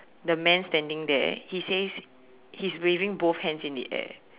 the man standing there he says he's waving both hands in the air